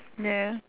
ya